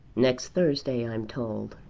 next thursday, i'm told.